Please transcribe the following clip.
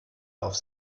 auf